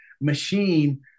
machine